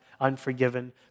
unforgiven